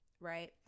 right